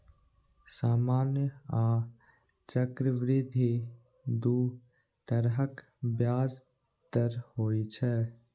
सामान्य आ चक्रवृद्धि दू तरहक ब्याज दर होइ छै